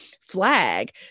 flag